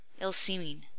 ill-seeming